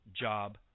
job